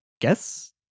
guess